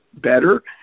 better